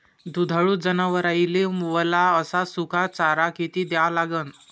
दुधाळू जनावराइले वला अस सुका चारा किती द्या लागन?